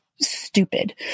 stupid